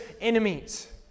enemies